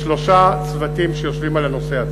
יש שלושה צוותים שיושבים על הנושא הזה: